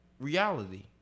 reality